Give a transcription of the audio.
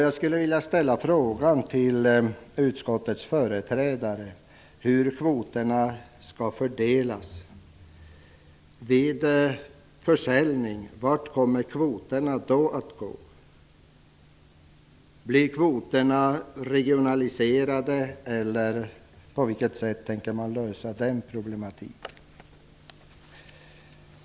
Jag skulle vilja ställa frågan till utskottets företrädare: Hur skall kvoterna fördelas? Blir det försäljning, vart kommer kvoterna då att gå? Blir kvoterna regionaliserade, eller på vilket sätt tänker man lösa frågan?